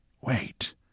Wait